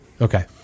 Okay